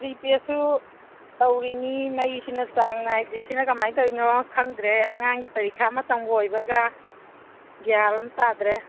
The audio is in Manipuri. ꯄ꯭ꯔꯤꯄꯦꯠꯁꯨ ꯇꯧꯔꯤꯅꯤ ꯃꯩꯁꯤꯅ ꯆꯥꯡ ꯅꯥꯏꯗ꯭ꯔꯤꯁꯤꯅ ꯀꯃꯥꯏ ꯇꯧꯔꯤꯅꯣ ꯈꯪꯗ꯭ꯔꯦ ꯑꯉꯥꯡꯒꯤ ꯄꯔꯤꯈ꯭ꯌꯥ ꯃꯇꯝꯒ ꯑꯣꯏꯕꯒ ꯒ꯭ꯌꯥꯟ ꯑꯃ ꯇꯥꯗ꯭ꯔꯦ